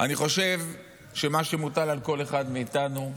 אני חושב שמה שמוטל על כל אחד מאיתנו,